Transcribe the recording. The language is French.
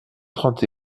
trente